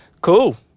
cool